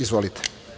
Izvolite.